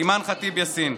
אימאן ח'טיב יאסין.